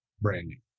branding